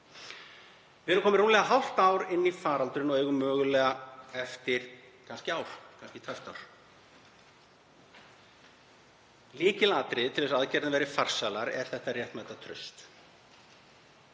Við erum komin rúmlega hálft ár inn í faraldurinn og eigum mögulega eftir ár, kannski tæpt ár. Lykilatriði til þess að aðgerðir verði farsælar er þetta réttmæta traust.